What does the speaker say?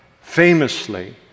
Famously